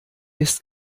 ist